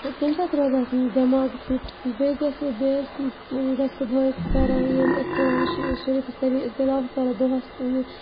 تَمہِ سۭتۍ روزِ اَسہِ دٮ۪ماغ فِٹ بیٚیہِ گژھِ بیٚیہِ حظ گژھِ صُبحٲے کران ییٚلہِ أسۍ قرآن شہ شریٖفَس تٔلی تِلاو کرو دۄہَس